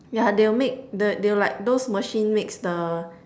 ya they'll make the they'll like those machine makes the